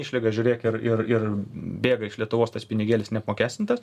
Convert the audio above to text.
išlyga žiūrėk ir ir ir bėga iš lietuvos tas pinigėlis neapmokestintas